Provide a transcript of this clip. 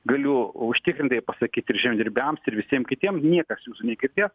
galiu užtikrintai pasakyti ir žemdirbiams ir visiem kitiem niekas jūsų negirdės